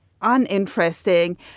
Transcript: uninteresting